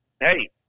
hey